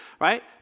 Right